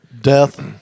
Death